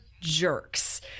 jerks